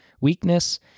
weakness